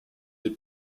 des